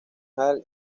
hall